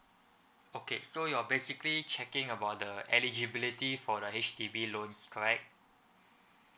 okay so you're basically checking about the eligibility for the H_D_B loans correct